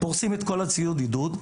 פורסים את כל ציוד העידוד,